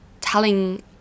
telling